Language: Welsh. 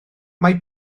mae